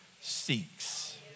seeks